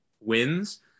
wins